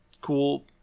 cool